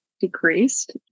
decreased